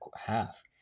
half